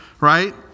right